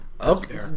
Okay